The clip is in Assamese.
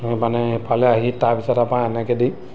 সেই মানে এইফালে আহি তাৰপিছত আপোনাৰ এনেকৈ দি